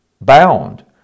bound